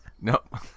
Nope